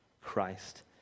Christ